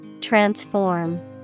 Transform